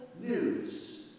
news